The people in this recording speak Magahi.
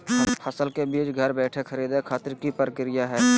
फसल के बीज घर बैठे खरीदे खातिर की प्रक्रिया हय?